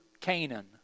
Canaan